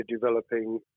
developing